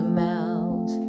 melt